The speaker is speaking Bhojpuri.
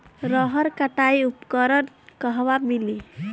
रहर कटाई उपकरण कहवा मिली?